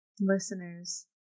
listeners